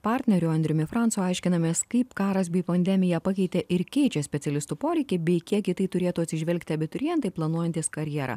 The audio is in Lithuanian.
partneriu andriumi francu aiškinamės kaip karas bei pandemija pakeitė ir keičia specialistų poreikį bei kiek į tai turėtų atsižvelgti abiturientai planuojantys karjerą